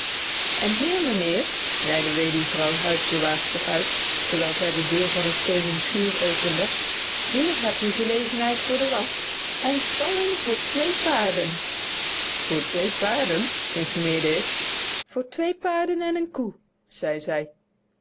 en hier mijnheer lei de weduwvrouw huisbewaarster uit terwijl zij de deur van een steenen schuur opende hier heb u gelegenheid voor de wasch en stalling voor twee paarden voor twee paarden informeerde ik voor twee paarden en een koe zeide zij